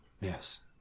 Yes